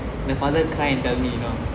the father cry and tell me you know